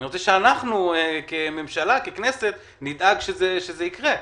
אני רוצה שאנחנו כממשלה, ככנסת, נדאג שזה יקרה.